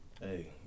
Hey